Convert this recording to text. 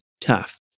tough